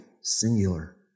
singular